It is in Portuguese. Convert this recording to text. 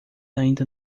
ainda